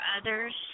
others